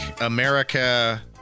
America